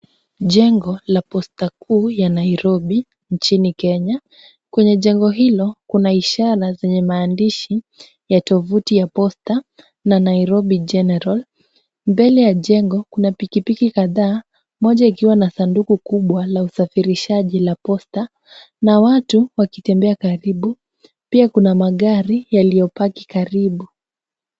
Jengo la posta kuu ya Nairobi, nchini Kenya. Kwenye jengo hilo kuna ishara zenye maandishi ya tovuti ya posta na Nairobi general . Mbele ya jengo kuna pikipiki kadhaa, moja ikiwa na sanduku kubwa la usafirishaji la posta na watu wakitembea karibu. Pia kuna magari yaliyopaki karibu.